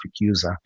user